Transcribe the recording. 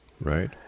Right